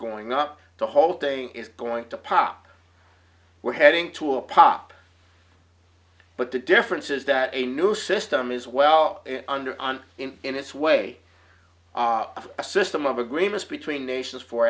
going up the whole thing is going to pop we're heading to a pop but the difference is that a new system is well under on in in its way a system of agreements between nations for